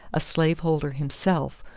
a slaveholder himself,